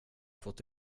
fått